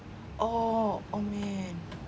oh oh man